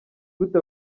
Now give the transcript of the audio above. gute